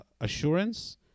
assurance